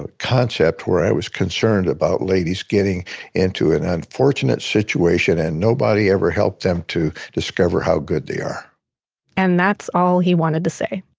ah concept where i was concerned about ladies getting into an unfortunate situation and nobody ever helped them to discover how good they are and that's all he wanted to say.